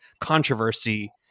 controversy